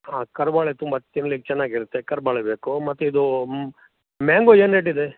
ಹಾಂ ಕರಿಬಾಳೆ ತುಂಬ ತಿನ್ಲಿಕೆ ಚೆನ್ನಾಗಿರತ್ತೆ ಕರಿಬಾಳೆ ಬೇಕು ಮತ್ತೆ ಇದು ಮ್ಯಾಂಗೊ ಏನು ರೇಟ್ ಇದೆ